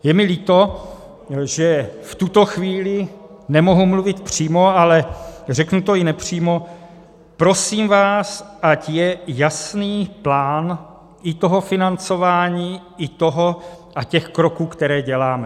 Je mi líto, že v tuto chvíli nemohu mluvit přímo, ale řeknu to i nepřímo: Prosím vás, ať je jasný plán i toho financování, i těch kroků, které děláme.